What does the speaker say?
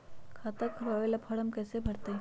खाता खोलबाबे ला फरम कैसे भरतई?